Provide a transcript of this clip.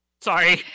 Sorry